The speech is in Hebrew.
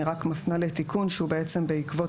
אני רק מפנה לתיקון שהוא בעצם בעקבות